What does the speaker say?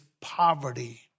poverty